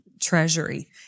Treasury